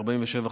התש"ט 1949,